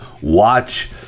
Watch